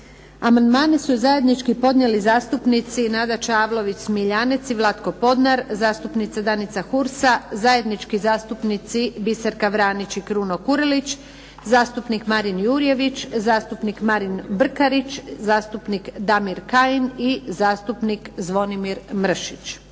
Amandmane su zajednički podnijeli zastupnici Nada Čavlović Smiljanec i Vlatko Podnar, zastupnica Danica Hursa, zajednički zastupnici Biserka Vranić i Kruno Kurelić, zastupnik Marin Jurjević, zastupnik Marin Brkarić, zastupnik Damir Kajin i zastupnik Zvonimir Mršić.